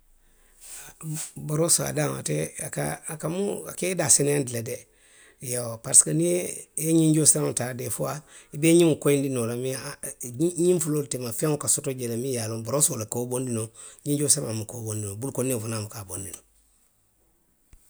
Borosi a daŋ ate a ka, aka muŋ, a ka i daa seneyaandi le de. Iyoo parisiko niŋ i ye, i ye ňiŋ joosiraŋo taa deefuwaa i be i ňiŋo koyindi noo la mee a, a, ňiŋ fuloolu teema feŋo ka soto jee le miŋ ye a loŋ borosoo le ka wo bondi noo, ňiŋ joosiraŋo buka wo bondi noo, bulukondiŋo fanaŋ buka a bondi noo